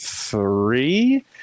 three